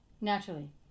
naturally